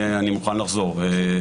אני מוכן לחזור על זה.